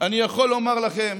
אני יכול לומר לכם